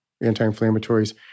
anti-inflammatories